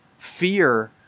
fear